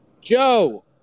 Joe